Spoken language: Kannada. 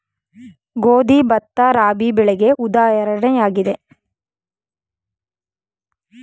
ಗೋಧಿ, ಭತ್ತ, ರಾಬಿ ಬೆಳೆಗೆ ಉದಾಹರಣೆಯಾಗಿದೆ